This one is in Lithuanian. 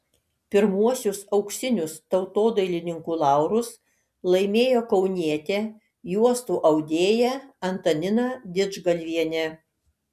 pirmuosius auksinius tautodailininkų laurus laimėjo kaunietė juostų audėja antanina didžgalvienė